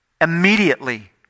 immediately